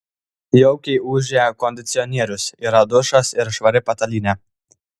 jaukiai ūžia kondicionierius yra dušas ir švari patalynė